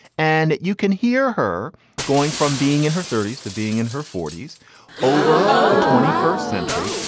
and you can hear her going from being in her thirty s to being in her forty s over the twenty first century,